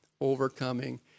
overcoming